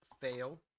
Fail